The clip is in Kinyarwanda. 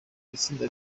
itsinda